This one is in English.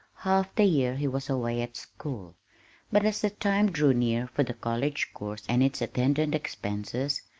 half the year he was away at school but as the time drew near for the college course and its attendant expenses,